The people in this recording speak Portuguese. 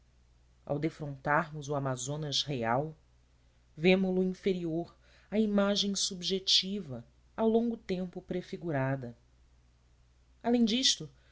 psicologia ao defrontarmos o amazonas real vemo lo inferior à imagem subjetiva há longo tempo prefigurada além disto